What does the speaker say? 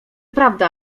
prawda